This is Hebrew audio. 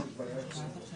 וכל זאת בתקווה שנתקדם היום.